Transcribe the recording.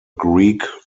greek